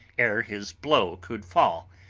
ere his blow could fall,